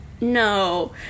No